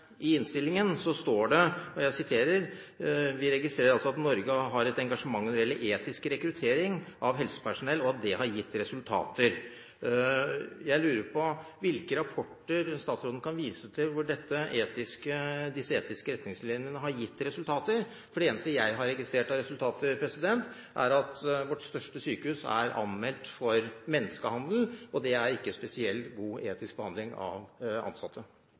I innstillingen står det at man «registrerer at Norges engasjement når det gjelder etisk rekruttering av helsepersonell, har gitt resultater». Jeg lurer på hvilke rapporter statsråden kan vise til hvor disse etiske retningslinjene har gitt resultater. Det eneste jeg har registrert av resultater, er at vårt største sykehus er anmeldt for menneskehandel, og det er ikke spesielt god etisk behandling av ansatte.